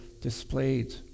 displayed